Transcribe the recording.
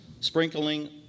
sprinkling